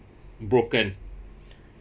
broken